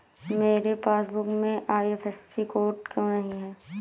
मेरे पासबुक में IFSC code क्यो नहीं है?